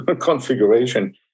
configuration